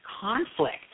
conflict